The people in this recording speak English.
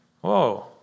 Whoa